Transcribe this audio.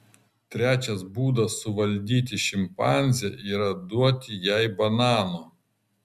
trečias būdas suvaldyti šimpanzę yra duoti jai bananų